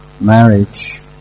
marriage